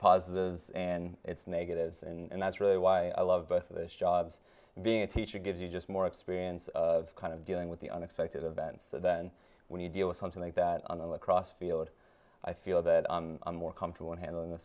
positives and its negatives and that's really why i love both of those jobs being a teacher gives you just more experience of kind of dealing with the unexpected events that then when you deal with something like that on the cross field i feel that on a more comfortable in handling the